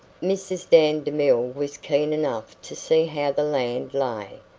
mrs. dan demille was keen enough to see how the land lay,